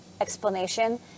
Explanation